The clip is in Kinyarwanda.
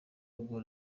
ngo